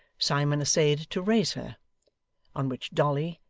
simon essayed to raise her on which dolly,